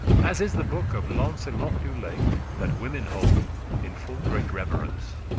as is the book of launcelot du lake, that women hold in full great reverence.